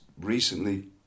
recently